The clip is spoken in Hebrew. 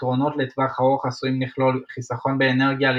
יתרונות לטווח ארוך עשויים לכלול חיסכון באנרגיה על